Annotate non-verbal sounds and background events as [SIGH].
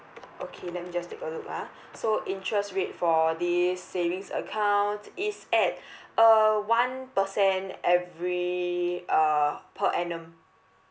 okay let me just take a look ah so interest rate for this savings account is at [BREATH] uh one percent every uh per annum